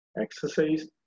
exercise